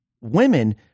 women